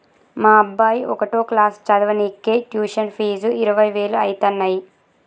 మా అబ్బాయి ఒకటో క్లాసు చదవనీకే ట్యుషన్ ఫీజు ఇరవై వేలు అయితన్నయ్యి